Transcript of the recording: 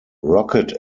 rocket